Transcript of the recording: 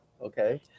okay